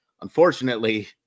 unfortunately